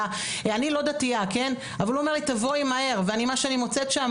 אני לא דתייה אבל הוא אומר לי 'תבואי מהר' ומה שאני מוצאת שם